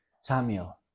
Samuel